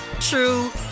true